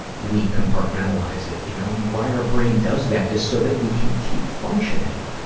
we compartmentalize it, you know, um why our brain does that is so that we can keep functioning.